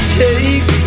take